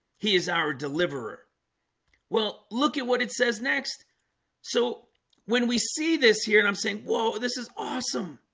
he is our deliverer well, look at what it says next so when we see this here and i'm saying whoa, this is awesome